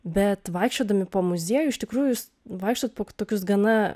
bet vaikščiodami po muziejų iš tikrųjų jūs vaikštot po tokius gana